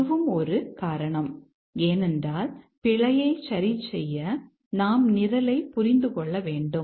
அதுவும் ஒரு காரணம் ஏனென்றால் பிழையை சரிசெய்ய நாம் நிரலைப் புரிந்து கொள்ள வேண்டும்